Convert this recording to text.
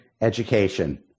education